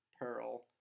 Pearl